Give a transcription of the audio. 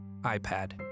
iPad